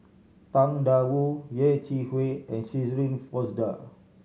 Tang Da Wu Yeh Chi Wei and Shirin Fozdar